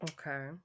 okay